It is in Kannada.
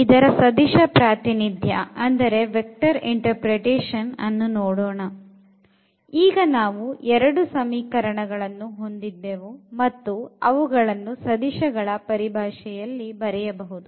ಇದರ ಸದಿಶ ಪ್ರಾತಿನಿಧ್ಯ ಅನ್ನು ನೋಡೋಣ ಈಗ ನಾವು ಎರಡು ಸಮೀಕರಣಗಳನ್ನು ಹೊಂದಿದ್ದವು ಮತ್ತು ಅವುಗಳನ್ನು ಸದಿಶಗಳ ಪರಿಭಾಷೆಯಲ್ಲಿ ಬರಬಹುದು